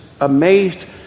amazed